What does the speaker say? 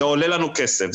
זה עולה לנו כסף,